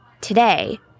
Today